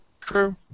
True